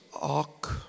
Ark